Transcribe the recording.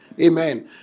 Amen